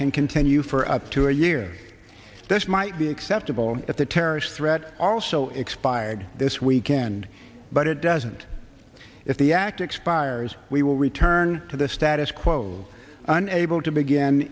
can continue for up to a year this might be acceptable at the terrorist threat also expired this weekend but it doesn't if the act expires we will return to the status quo unable to begin